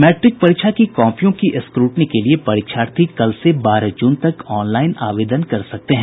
matric परीक्षा की कॉपियों की स्क्रूटनी के लिए परीक्षार्थी कल से बारह जून तक ऑनलाईन आवेदन कर सकते हैं